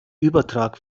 übertrag